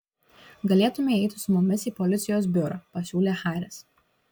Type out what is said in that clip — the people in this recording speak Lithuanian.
galėtumei eiti su mumis į policijos biurą pasiūlė haris